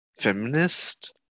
feminist